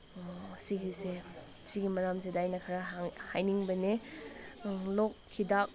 ꯑꯁꯤꯒꯤꯁꯦ ꯁꯤꯒꯤ ꯃꯔꯝꯁꯤꯗ ꯑꯩꯅ ꯈꯔ ꯍꯥꯏꯅꯤꯡꯕꯅꯦ ꯂꯣꯛ ꯍꯤꯗꯥꯛ